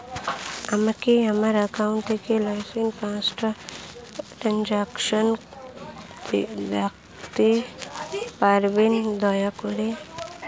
আমাকে আমার অ্যাকাউন্ট থেকে লাস্ট পাঁচটা ট্রানজেকশন দেখাতে পারবেন দয়া করে